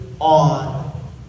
on